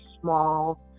small